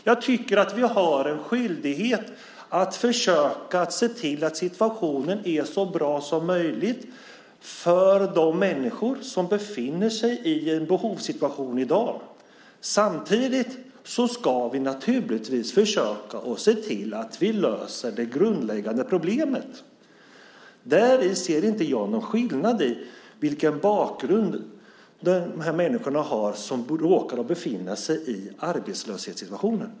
Jag tycker att vi har en skyldighet att försöka se till att situationen är så bra som möjligt för de människor som befinner sig i en behovssituation i dag. Samtidigt ska vi naturligtvis försöka se till att vi löser det grundläggande problemet. Jag ser ingen skillnad i vilken bakgrund de människor har som råkar befinna sig i arbetslöshetssituationen.